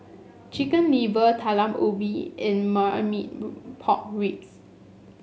Chicken Liver Talam Ubi and Marmite Pork Ribs